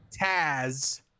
Taz